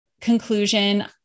conclusion